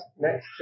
next